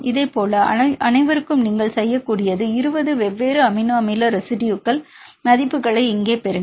இதேபோல் அனைவருக்கும் நீங்கள் செய்யக்கூடியது 20 வெவ்வேறு அமினோ அமில ரெசிடுயுகள் மதிப்புகளை இங்கே பெறுங்கள்